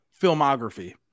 filmography